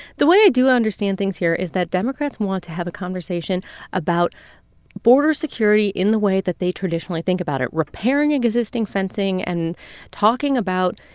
the way i do understand things here is that democrats want to have a conversation about border security in the way that they traditionally think about it repairing existing fencing and talking about,